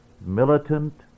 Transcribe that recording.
militant